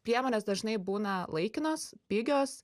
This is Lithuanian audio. priemonės dažnai būna laikinos pigios